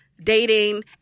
dating